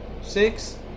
six